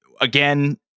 again